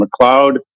McLeod